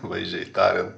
vaizdžiai tariant